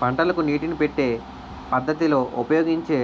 పంటలకు నీటినీ పెట్టే పద్ధతి లో ఉపయోగించే